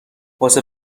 واسه